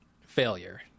failure